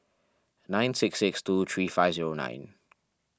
nine six six two three five zero nine